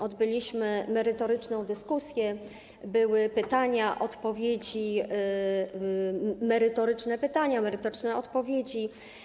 Odbyliśmy merytoryczną dyskusję, były pytania, odpowiedzi, merytoryczne pytania, merytoryczne odpowiedzi.